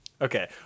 Okay